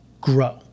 grow